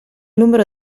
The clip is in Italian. numero